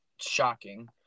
shocking